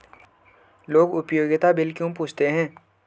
लोग उपयोगिता बिल क्यों पूछते हैं?